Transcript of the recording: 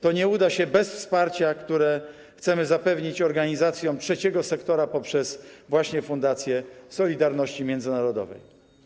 To nie uda się bez wsparcia, które chcemy zapewnić organizacjom trzeciego sektora poprzez Fundację Solidarności Międzynarodowej.